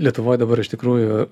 lietuvoj dabar iš tikrųjų